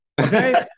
Okay